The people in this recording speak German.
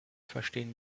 verstehen